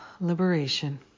Liberation